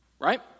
right